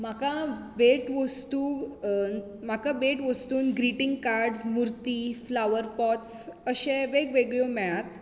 म्हाका भेटवस्तू म्हाका भेटवस्तून ग्रिटींग कार्ड्स मुर्ती फ्लावर पॉट्स अशें वेगवेगळ्यो मेळ्ळ्यात